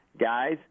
Guys